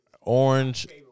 Orange